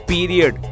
Period